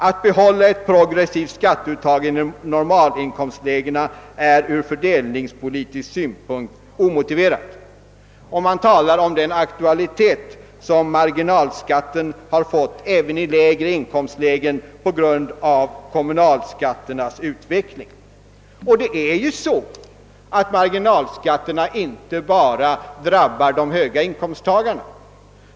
Att behålla ett progressivt skatteuttag i normalinkomstlägena är ur fördelningspolitisk synpunkt omotiverat.» Man talar vidare om den aktualitet som marginalskatten fått även i läg re inkomstlägen på grund av kommunalskatternas utveckling. Det är ju så att marginalskatterna inte bara drabbar de höga inkomsttagarna.